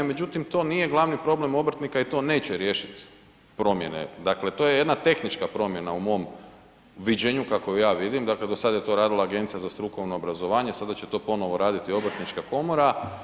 Međutim, to nije glavni problem obrtnika i to neće riješiti promjene, dakle to je jedna tehnička promjena u mom viđenju kako je ja vidim, dakle do sada je to radila Agencija za strukovno obrazovanje, sada će to ponovo raditi obrtnička komora.